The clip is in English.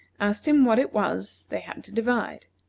asked him what it was they had to divide.